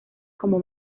como